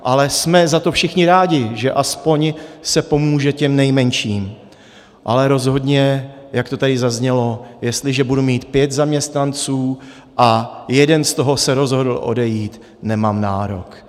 Ale jsme za to všichni rádi, že aspoň se pomůže těm nejmenším, ale rozhodně, jak to tady zaznělo, jestliže budu mít pět zaměstnanců a jeden z toho se rozhodl odejít, nemám nárok.